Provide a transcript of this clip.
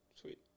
Sweet